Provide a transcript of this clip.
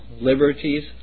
liberties